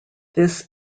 this